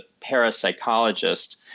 parapsychologist